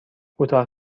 کوتاه